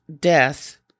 death